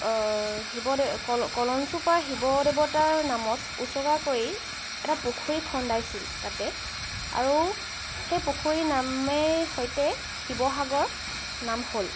শিৱদে কলঞ্চুপাৰ শিৱ দেৱতাৰ নামত উচ্ছৰ্গা কৰি এটা পুখুৰী খন্দাইছিল তাতে আৰু সেই পুখুৰীৰ নামে সৈতে শিৱসাগৰ নাম হ'ল